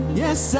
yes